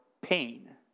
pain